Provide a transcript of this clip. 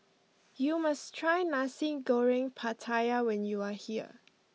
you must try Nasi Goreng Pattaya when you are here